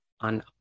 on